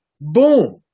Boom